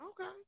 Okay